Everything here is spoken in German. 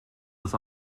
das